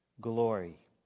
glory